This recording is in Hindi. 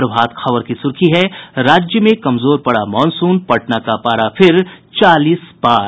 प्रभात खबर की सुर्खी है राज्य में कमजोर पड़ा मॉनसून पटना का पारा फिर चालीस पार